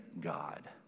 God